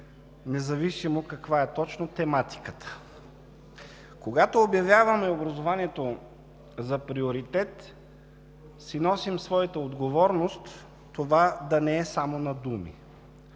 независимо каква е точно тематиката. Когато обявяваме образованието за приоритет, си носим своята отговорност това да не е само на думи.